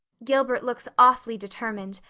gilbert looks awfully determined.